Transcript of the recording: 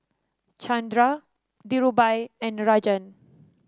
Chanda Dhirubhai and Rajan